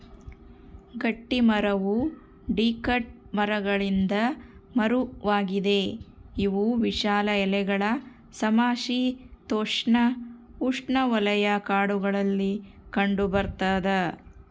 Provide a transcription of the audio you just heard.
ಗಟ್ಟಿಮರವು ಡಿಕಾಟ್ ಮರಗಳಿಂದ ಮರವಾಗಿದೆ ಇವು ವಿಶಾಲ ಎಲೆಗಳ ಸಮಶೀತೋಷ್ಣಉಷ್ಣವಲಯ ಕಾಡುಗಳಲ್ಲಿ ಕಂಡುಬರ್ತದ